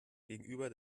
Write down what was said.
gegenüber